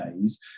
days